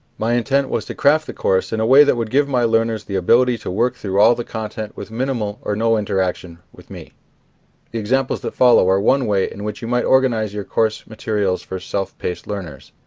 my intent was to craft the course in a way that would give my learners the ability to work through all the content with minimal or no interaction with me. the examples that follow are one way in which you might organize your course materials for self-paced learners.